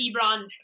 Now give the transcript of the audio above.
Ebron